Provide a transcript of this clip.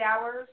hours